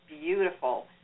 beautiful